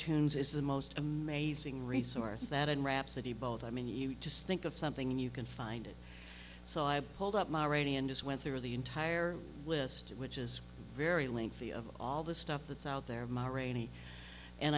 tunes is the most amazing resource that in rhapsody both i mean you just think of something and you can find it so i pulled up my radio and just went through the entire list which is very lengthy of all the stuff that's out there my raney and